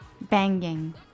Banging